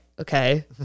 okay